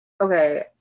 Okay